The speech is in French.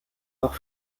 port